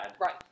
right